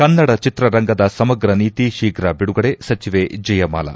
ಕನ್ನಡ ಚಿತ್ರರಂಗದ ಸಮಗ್ರ ನೀತಿ ಶೀಘ್ರ ಬಿಡುಗಡೆ ಸಚಿವೆ ಜಯಮಾಲಾ